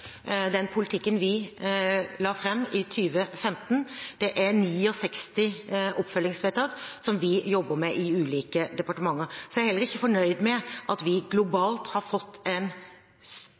den politikken vi la fram i 2015. Vi har 69 oppfølgingsvedtak som vi jobber med i ulike departementer. Jeg er heller ikke fornøyd med at vi globalt har fått en